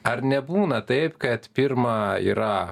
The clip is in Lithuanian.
ar nebūna taip kad pirma yra